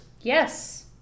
Yes